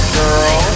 girl